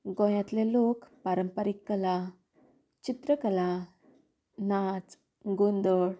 गोंयांतले लोक पारंपारीक कला चित्रकला नाच गोंदळ